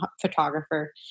photographer